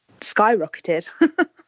skyrocketed